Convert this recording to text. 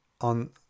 on